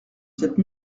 cette